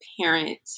parent